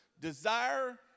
desire